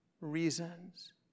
reasons